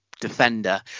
Defender